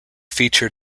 feature